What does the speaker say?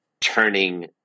turning